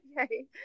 okay